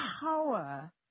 power